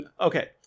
okay